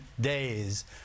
days